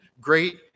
great